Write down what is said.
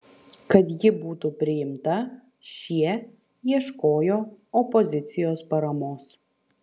kad ji būtų priimta šie ieškojo opozicijos paramos